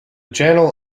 channel